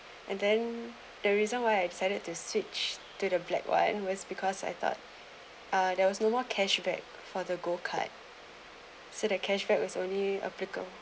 and then the reason why I set it to switch to the black one was because I thought uh there was no more cashback for the gold card said the cashback was only applica~